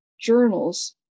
journals